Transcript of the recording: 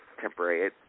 temporary